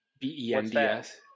B-E-N-D-S